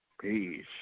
Peace